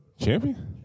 champion